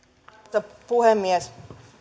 arvoisa puhemies